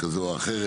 כזה או אחרת,